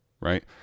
Right